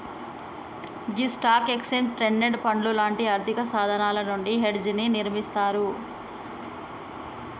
గీ స్టాక్లు, exchange traded పండ్లు లాంటి ఆర్థిక సాధనాలు నుండి హెడ్జ్ ని నిర్మిస్తారు